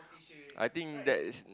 I think that is